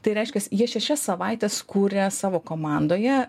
tai reiškias jie šešias savaites kūria savo komandoje